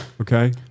Okay